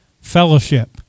fellowship